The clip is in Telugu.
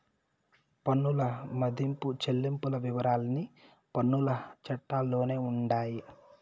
పన్నుల మదింపు చెల్లింపుల వివరాలన్నీ పన్నుల చట్టాల్లోనే ఉండాయి